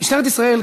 משטרת ישראל,